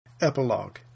Epilogue